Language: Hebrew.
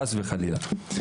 חס וחלילה.